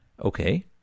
Okay